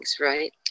right